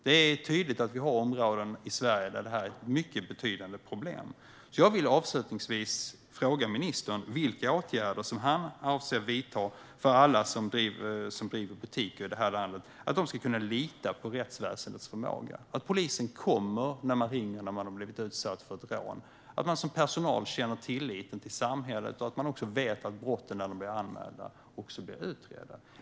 Det är tydligt att det finns områden i Sverige där detta är ett mycket betydande problem. Vilka åtgärder avser ministern att vidta för alla som driver butiker i landet så att de kan lita på rättsväsendets förmåga, att polisen kommer när de ringer efter att ha blivit utsatta för rån, att personalen känner tillit till samhället och att de vet att anmälda brott blir utredda?